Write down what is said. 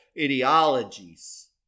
ideologies